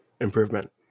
Improvement